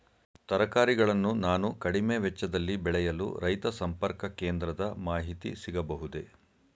ತರಕಾರಿಗಳನ್ನು ನಾನು ಕಡಿಮೆ ವೆಚ್ಚದಲ್ಲಿ ಬೆಳೆಯಲು ರೈತ ಸಂಪರ್ಕ ಕೇಂದ್ರದ ಮಾಹಿತಿ ಸಿಗಬಹುದೇ?